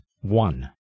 one